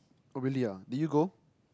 oh really ah did you go